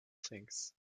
things